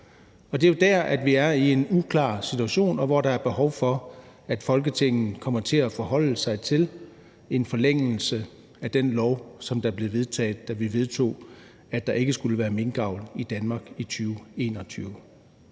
Det er jo der, hvor vi er i en uklar situation, og hvor der er behov for, at Folketinget forholder sig til en forlængelse af den lov, der blev vedtaget, da vi vedtog, at der ikke skulle være minkavl i Danmark i 2021.